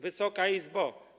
Wysoka Izbo!